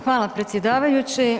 Hvala predsjedavajući.